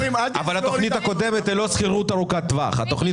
אבל התוכנית הקודמת ללא שכירות ארוכת טווח היא